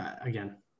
again